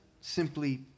simply